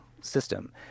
system